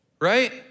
right